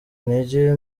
intege